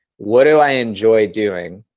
what do i enjoy doing?